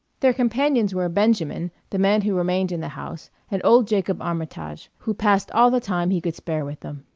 their companions were benjamin, the man who remained in the house, and old jacob armitage, who passed all the time he could spare with them.